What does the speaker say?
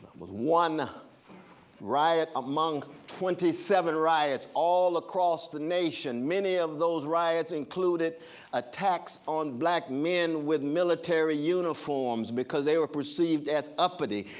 was one riot among twenty seven riots all across the nation. many of those riots included a tax on black men with military uniforms, because they were perceived as uppity.